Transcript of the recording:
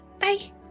Bye